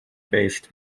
based